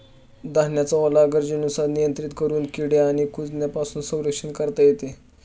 धान्याचा ओलावा गरजेनुसार नियंत्रित करून किडे आणि कुजण्यापासून संरक्षण करता येते